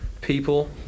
people